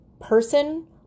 person